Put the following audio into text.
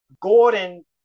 Gordon